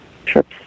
trips